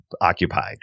occupied